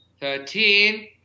thirteen